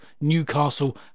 Newcastle